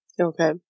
Okay